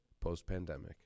Post-Pandemic